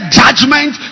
judgment